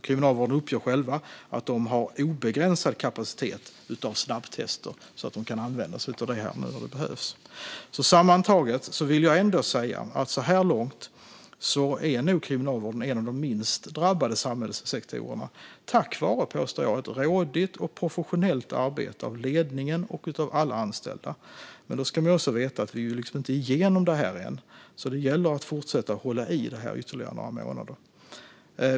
Kriminalvården uppger att de har obegränsad kapacitet av snabbtester, så att de kan använda sig av det när det behövs. Sammantaget vill jag ändå säga att kriminalvården så här långt nog är en av de minst drabbade samhällssektorerna tack vare, påstår jag, ett rådigt och professionellt arbete av ledningen och av alla anställda. Men då ska man också veta att vi inte är igenom detta än. Det gäller därför att fortsätta hålla i detta ytterligare några månader.